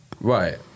Right